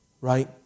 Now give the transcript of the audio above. right